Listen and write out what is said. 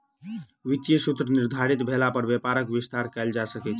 वित्तीय सूत्र निर्धारित भेला पर व्यापारक विस्तार कयल जा सकै छै